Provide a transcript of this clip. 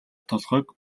толгойг